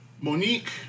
Monique